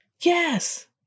yes